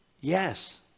Yes